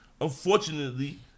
Unfortunately